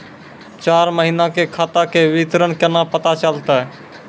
चार महिना के खाता के विवरण केना पता चलतै?